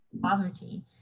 poverty